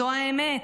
זו האמת,